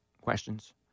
questions